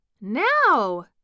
Now